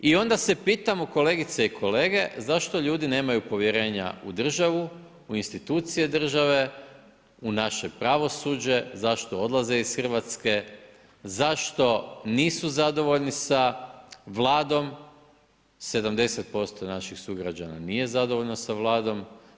I onda se pitamo kolegice i kolege zašto ljudi nemaju povjerenja u državu, u institucije države, u naše pravosuđe, zašto odlaze iz Hrvatske, zašto nisu zadovoljni sa Vladom, '70% naših sugrađana nije zadovoljno sa Vladom.